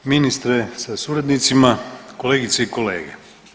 Ministre sa suradnicima, kolegice i kolege.